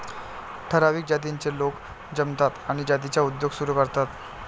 ठराविक जातीचे लोक जमतात आणि जातीचा उद्योग सुरू करतात